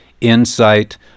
insight